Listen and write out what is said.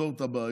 יפתור את הבעיות